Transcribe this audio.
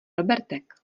robertek